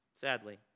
sadly